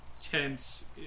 tense